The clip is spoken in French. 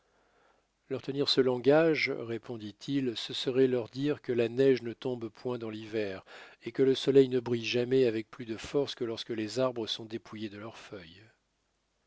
leur tenir ce langage répondit-il ce serait leur dire que la neige ne tombe point dans l'hiver ou que le soleil ne brille jamais avec plus de force que lorsque les arbres sont dépouillés de leurs feuilles